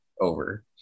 over